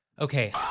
Okay